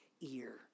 ear